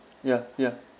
ya ya